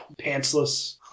pantsless